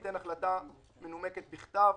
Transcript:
סכום הכנסת העבודה בשת המס בה